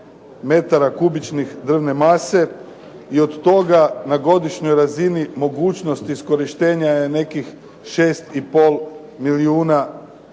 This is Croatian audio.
metara kubičnih drvne mase i od toga na godišnjoj razini mogućnost iskorištenja je nekih 6 i pol milijuna